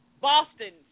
Boston